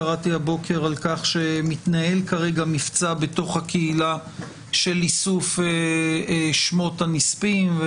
קראתי הבוקר על כך שמתנהל כרגע מבצע בתוך הקהילה של איסוף שמות הנספים,